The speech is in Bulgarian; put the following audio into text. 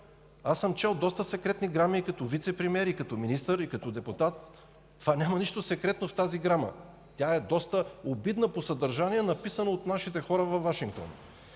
Аз съм чел доста секретни грами като вицепремиер, като министър и като депутат. Няма нищо секретно в тази грама! Тя е доста обидна по съдържание, написана от нашите хора във Вашингтон.